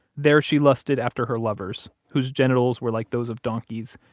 there she lusted after her lovers, whose genitals were like those of donkeys,